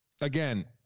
again